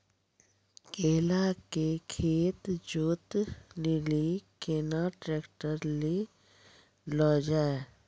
केला के खेत जोत लिली केना ट्रैक्टर ले लो जा?